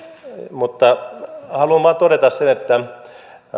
mutta haluan vain todeta sen että